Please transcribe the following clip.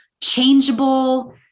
changeable